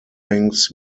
things